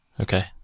okay